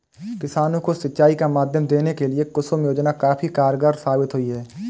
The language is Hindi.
किसानों को सिंचाई का माध्यम देने के लिए कुसुम योजना काफी कारगार साबित हुई है